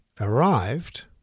arrived